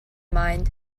mind